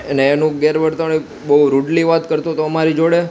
એને એનું ગેરવર્તણૂક બહુ રુડલી વાત કરતો હતો અમારી જોડે